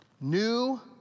New